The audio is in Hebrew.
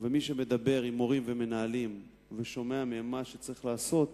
ומי שמדבר עם מורים ומנהלים ושומע מהם מה שצריך לעשות,